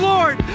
Lord